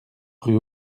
rue